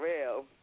real